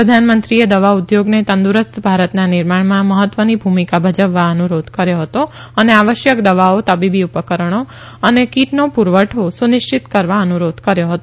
પ્રધાનમંત્રીએ દવા ઉદ્યોગને તંદુરસ્ત ભારતના નિર્માણમાં મહત્વની ભૂમિકા ભજવવા અનુરોધ કર્યો હતો અને આવશ્યક દવાઓ તબીબી ઉપકરણો અને કીટનો પુરવઠો સુનિશ્ચિત કરવા અનુરોધ કર્યો હતો